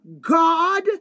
God